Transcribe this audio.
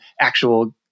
actual